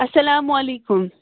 اسلامُ علیکُم